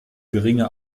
geringe